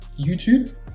youtube